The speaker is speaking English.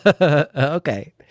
Okay